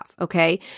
okay